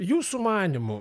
jūsų manymu